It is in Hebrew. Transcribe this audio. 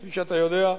כפי שאתה יודע,